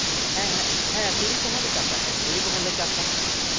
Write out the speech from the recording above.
ᱦᱮᱸ ᱦᱮᱸ ᱛᱩᱲᱤ ᱠᱚᱦᱚᱸ ᱞᱮ ᱪᱟᱥᱟ ᱦᱮᱸ ᱛᱩᱲᱤ ᱠᱚᱦᱚᱸᱞᱮ ᱪᱟᱥᱟ ᱦᱮᱸ